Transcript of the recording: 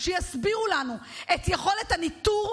יהיה להביא אנשי מקצוע שיסבירו לנו את יכולת הניטור,